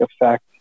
effect